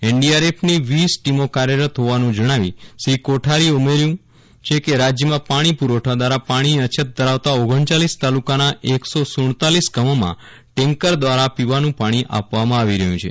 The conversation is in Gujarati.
એનડીઆરએફની વીસ ટીમો કાર્યરત હોવાનું જજ્ઞાવી શ્રી કોઠારીએ ઉમેર્યું છે કે રાજ્યમાં પાણી પુરવઠા દ્વારા પાણીની અછત ધરાવતા ઓગણચાલીસ તાલુકાના એક સો સુડતાલીસ ગામોમાં ટેન્કર દ્વારા પીવાનું પાજી આપવામાં આવી રહ્યું છે